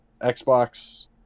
Xbox